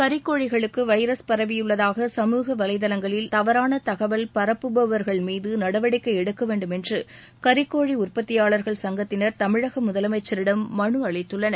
கறிக்கோழிகளுக்கு virus பரவியுள்ளதாக சமூக வலைதளங்களில் தவறான தகவல் பரப்புவர்கள்மீது நடவடிக்கை எடுக்க வேண்டும் என்று கறிக்கோழி உற்பத்தியாளர்கள் சங்கத்தினர் தமிழக முதலமைச்சரிடம் மனு அளித்துள்ளனர்